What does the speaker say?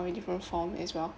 in different forms as well